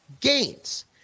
gains